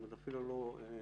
זאת אומרת, אפילו לא קודם.